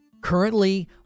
Currently